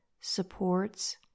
supports